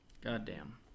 Goddamn